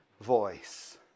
voice